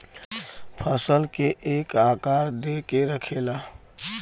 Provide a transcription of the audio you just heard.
फसल के एक आकार दे के रखेला